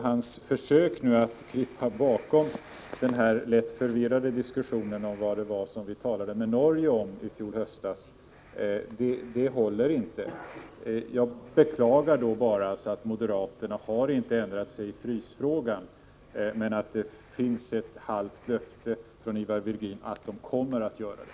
Hans försök nu att krypa bakom den lätt förvirrade diskussionen om vad det var vi talade med Norge om i fjol höstas håller inte. Jag beklagar att moderaterna inte har ändrat sig i frysfrågan, men noterar att det finns ett halvt löfte från Ivar Virgin att de kommer att göra det.